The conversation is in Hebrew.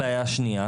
הבעיה השנייה